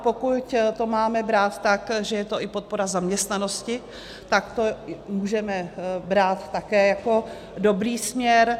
Pokud to máme brát tak, že je to i podpora zaměstnanosti, tak to můžeme brát také jako dobrý směr.